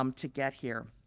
um to get here.